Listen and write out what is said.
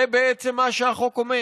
זה בעצם מה שהחוק אומר.